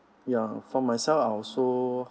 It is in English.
uh for myself I also